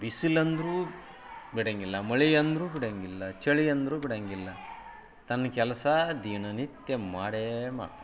ಬಿಸಿಲು ಅಂದರೂ ಬಿಡೋಂಗಿಲ್ಲ ಮಳೆ ಅಂದರೂ ಬಿಡೋಂಗಿಲ್ಲ ಚಳಿ ಅಂದರೂ ಬಿಡೋಂಗಿಲ್ಲ ತನ್ನ ಕೆಲಸ ದಿನನಿತ್ಯ ಮಾಡೇ ಮಾಡ್ತಾನೆ